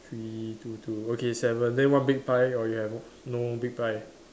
three two two okay seven then one big pie or you have no big pie